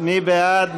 מי בעד?